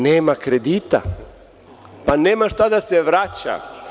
Nema kredita, pa nema šta da se vraća.